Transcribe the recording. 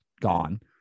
gone